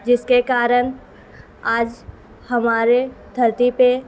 جس کے کارن آج ہمارے دھرتی پہ